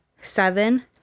Seven